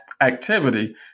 Activity